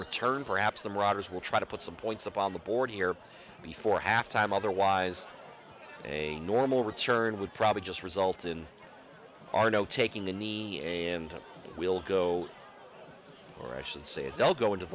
return perhaps the writers will try to put some points up on the board here before halftime otherwise a normal return would probably just result in our no taking in the air and we'll go or i should say don't go into